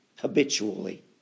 habitually